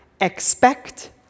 expect